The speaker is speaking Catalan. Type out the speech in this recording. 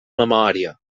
memòria